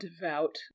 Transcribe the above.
devout